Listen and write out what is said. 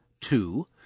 two